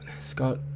scott